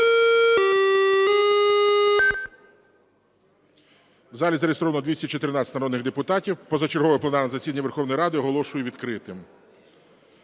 В залі зареєстровано 214 народних депутатів. Позачергове пленарне засідання Верховної Ради оголошую відкритим.